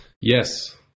Yes